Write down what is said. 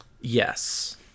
Yes